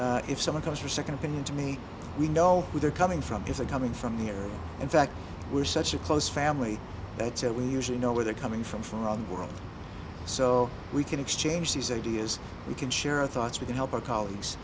where if someone calls for second opinion to me we know where they're coming from is a coming from here in fact we're such a close family that's what we usually know where they're coming from from around the world so we can exchange these ideas we can share our thoughts we can help our colleagues